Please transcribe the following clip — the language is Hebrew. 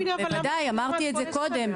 בוודאי, אמרתי את זה קודם.